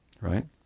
right